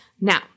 Now